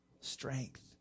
strength